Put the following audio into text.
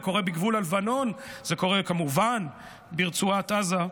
זה קורה בגבול הלבנון, זה קורה כמובן ברצועת עזה.